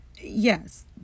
yes